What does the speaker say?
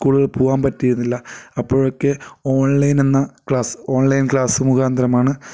സ്കൂളുകൾ പൂവാൻ പറ്റിയിരുന്നില്ല അപ്പോഴൊക്കെ ഓൺലൈനെന്ന ക്ലാസ് ഓൺലൈൻ ക്ലാസ്സ് മുഖാന്തരമാണ്